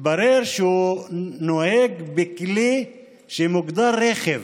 התברר שהוא נוהג בכלי שמוגדר רכב,